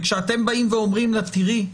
וכשאתם באים ואומרים לה: תראי,